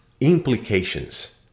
implications